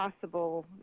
possible